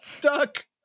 duck